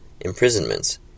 imprisonments